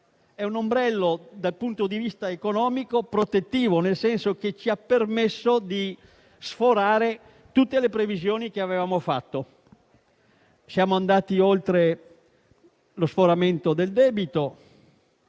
un ombrello dal punto di vista economico, nel senso che ci ha permesso di sforare tutte le previsioni che avevamo fatto. Siamo andati oltre lo sforamento del debito,